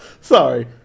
Sorry